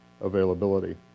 availability